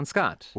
Scott